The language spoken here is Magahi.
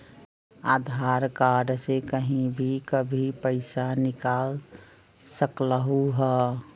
आधार कार्ड से कहीं भी कभी पईसा निकाल सकलहु ह?